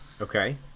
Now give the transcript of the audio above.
Okay